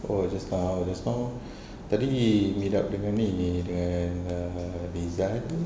oh just now just now tadi meet up dengan ni dengan rizal